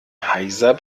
heiser